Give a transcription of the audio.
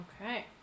Okay